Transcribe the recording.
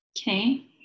Okay